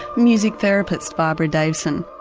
music therapist barbara davidson.